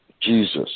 Jesus